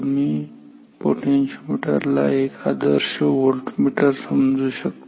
तुम्ही पोटेन्शिओमीटर ला एक आदर्श व्होल्टमीटर समजू शकता